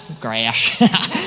grass